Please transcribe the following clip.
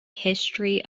history